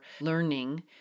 learning